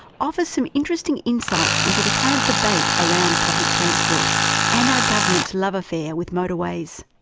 offers some interesting insights into the current debate around public transport and our government's love affair with motorways.